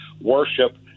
worship